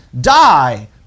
die